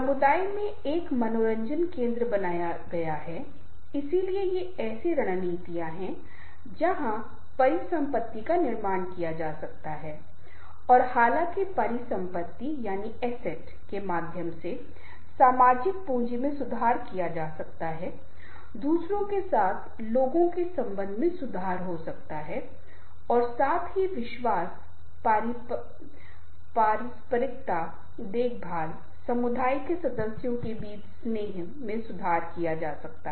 समुदाय में एक मनोरंजन केंद्र बनाया गया है इसलिए ये ऐसी रणनीतियाँ हैं जहाँ परिसंपत्ति का निर्माण किया जा सकता है और हालांकि परिसंपत्ति के माध्यम से सामाजिक पूंजी में सुधार किया जा सकता है दूसरों के साथ लोगों के संबंध में सुधार हो सकता है और साथ ही विश्वास पारस्परिकता देखभाल समुदाय के सदस्यों के बीच स्नेह में सुधार किया जा सकता है